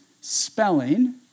spelling